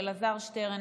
אלעזר שטרן,